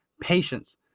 patience